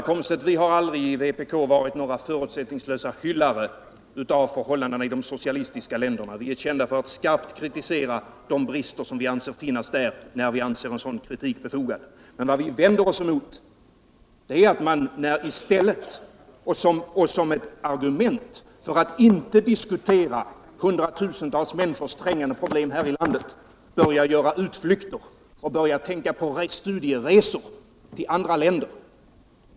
Herr talman! Vi har, herr Komstedt, i vpk aldrig varit några förutsättningslösa hyllare av förhållandena i de socialistiska länderna. Vi är kända för att skarpt kritisera de brister som vi anser finns där, när sådan kritik är befogad. Vad vi vänder oss mot är att man i stället för och som ett argument för att inte diskutera hundratusentals människors trängande problem här i landet börjar göra utflykter och tänka på studieresor till andra länder.